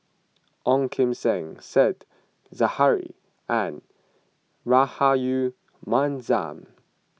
Ong Kim Seng Said Zahari and Rahayu Mahzam